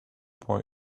boy